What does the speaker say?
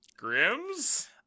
Grimms